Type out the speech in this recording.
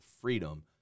freedom